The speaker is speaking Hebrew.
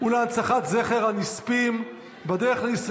וגם אני קורא פה לאיחוד של כולם,